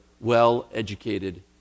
well-educated